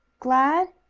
glad?